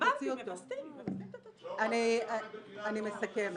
חברים, אני מסכמת.